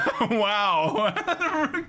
Wow